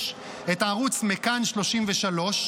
יש את ערוץ מכאן 33,